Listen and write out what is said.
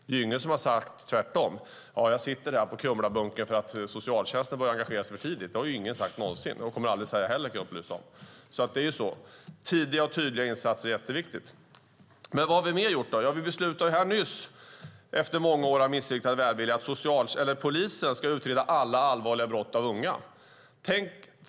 Det är ingen som har sagt tvärtom: Jag sitter här på Kumlabunkern därför att socialtjänsten började engagera sig för tidigt. Det har ingen någonsin sagt, och jag kan upplysa om att de aldrig kommer att säga det heller. Tidiga och tydliga insatser är jätteviktigt. Vad har vi gjort mer? Vi beslutade nyss efter många år av missriktad välvilja att polisen ska utreda alla allvarliga brott av unga.